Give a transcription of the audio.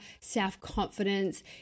self-confidence